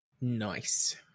Nice